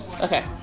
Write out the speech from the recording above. okay